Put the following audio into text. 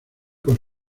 con